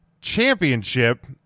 championship